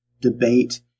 debate